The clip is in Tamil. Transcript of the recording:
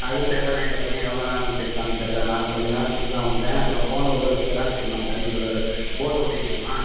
அது தெர்லண்ணா இந்த பையன் எவ்வளோ நேரம் கழித்து எடுத்தான்னு தெரில நானும் கொஞ்சம் நேரம் கழித்து தான் வந்தேன் அப்புறம் ஃபோனு உள்ளே வெச்சு விளாண்டுட்ருந்தான் தண்ணிக்குள்ளே க போட் ஓட்டிட்டுருந்தான்